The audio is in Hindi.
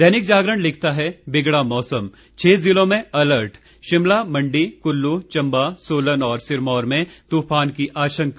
दैनिक जागरण लिखता है बिगड़ा मौसम छह जिलों में अलर्ट शिमला मंडी कुल्लू चम्बा सोलन और सिरमौर में तूफान की आशंका